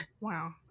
Wow